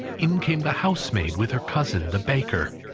in came the housemaid, with her cousin, the baker.